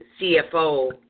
CFO